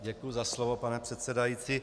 Děkuji za slovo, pane předsedající.